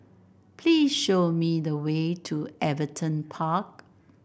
please show me the way to Everton Park